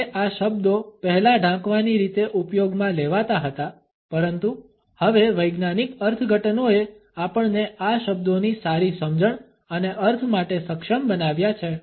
ભલે આ શબ્દો પહેલાં ઢાંકવાની રીતે ઉપયોગમાં લેવાતા હતા પરંતુ હવે વૈજ્ઞાનિક અર્થઘટનોએ આપણને આ શબ્દોની સારી સમજણ અને અર્થ માટે સક્ષમ બનાવ્યા છે